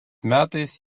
metais